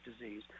disease